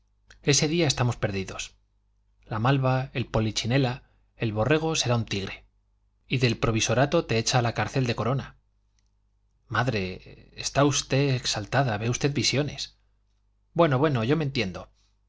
ese día estamos perdidos la malva el polichinela el borrego será un tigre y del provisorato te echa a la cárcel de corona madre está usted exaltada ve usted visiones bueno bueno yo me entiendo